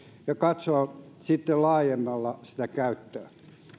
ja katsoa sitten laajemmin sitä käyttöä